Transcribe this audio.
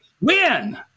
Win